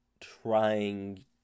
trying